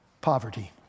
Poverty